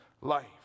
life